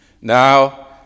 Now